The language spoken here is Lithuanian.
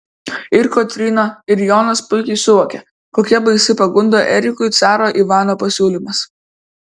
ir kotryna ir jonas puikiai suvokia kokia baisi pagunda erikui caro ivano pasiūlymas